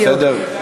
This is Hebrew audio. בסדר?